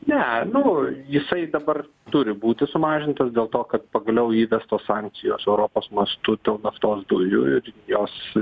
ne nu jisai dabar turi būti sumažintas dėl to kad pagaliau įvestos sankcijos europos mastu dėl naftos dujų ir jos